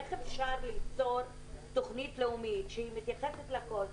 איך אפשר ליצור תוכנית לאומית שהיא מתייחסת לכול?